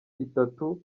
itatu